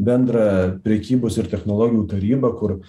bendrą prekybos ir technologijų tarybą kur